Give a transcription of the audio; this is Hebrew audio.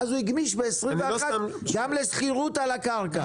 ואז הוא הגמיש ב-21' גם לשכירות על הקרקע.